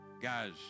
Guys